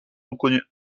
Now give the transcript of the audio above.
reconnu